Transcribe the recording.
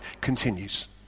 continues